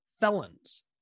felons